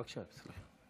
בבקשה, תמשיך.